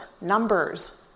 numbers